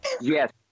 Yes